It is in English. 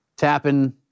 Tapping